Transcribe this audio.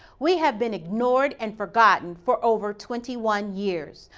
we have been ignored and forgotten for over twenty one years,